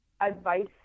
advice